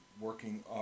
working